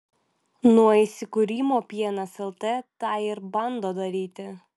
nuo įsikūrimo pienas lt tą ir bando daryti